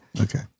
Okay